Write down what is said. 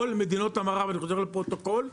כל מדינות המערב אני חוזר לפרוטוקול,